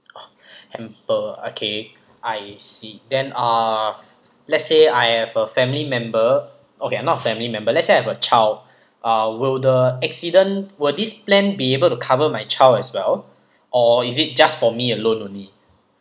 triple okay I see then uh let's say I have a family member okay not a family member let's say I have a child uh will the accident will this plan be able to cover my child as well or is it just for me alone only